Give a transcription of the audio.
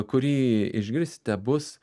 kurį išgirsite bus